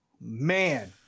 Man